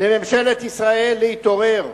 מממשלת ישראל, להתעורר.